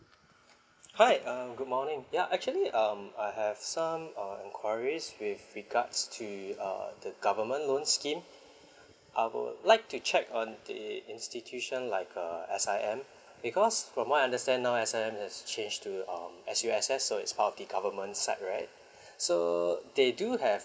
hi um good morning ya actually um I have some err enquiries with regards to uh the government loans scheme I would like to check on the institution like err S_I_M because from what I understand now S_I_M has changed to um S_U_S_S so it's part of the government side right so they do have